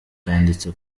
byanditse